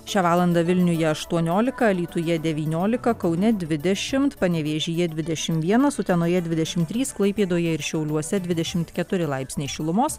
šią valandą vilniuje aštuoniolika alytuje devyniolika kaune dvidešimt panevėžyje dvidešim vienas utenoje dvidešim trys klaipėdoje ir šiauliuose dvidešimt keturi laipsniai šilumos